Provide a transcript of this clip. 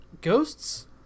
Ghosts